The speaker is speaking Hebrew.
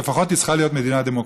לפחות היא צריכה להיות מדינה דמוקרטית.